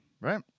right